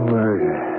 Murder